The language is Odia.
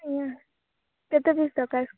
ନା କେତେ ପିସ୍ ଦରକାର